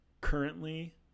currently